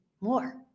more